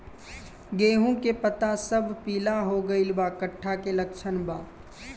गेहूं के पता सब पीला हो गइल बा कट्ठा के लक्षण बा?